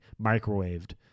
microwaved